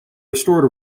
restored